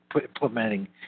implementing